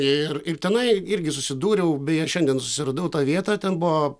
ir ir tenai irgi susidūriau beje šiandien susiradau tą vietą ten buvo